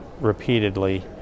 repeatedly